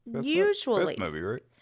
Usually